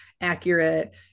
accurate